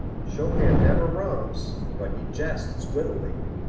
chopin never romps, but he jests wittily,